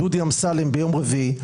דודי אמסלם ביום רביעי,